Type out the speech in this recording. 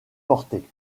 porté